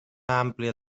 àmplia